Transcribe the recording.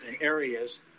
areas